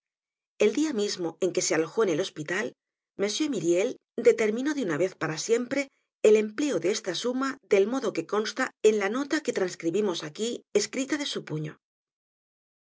el dia mismo en que se alojó en el hospital m myriel determinó de una vez para siempre el empleo de esta suma del modo que consta en la nota que trascribimos aquí escrita de su puño